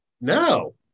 No